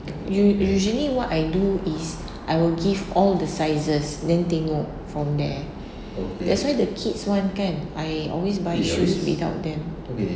u~ usually what I do is I will give all the sizes then they know from there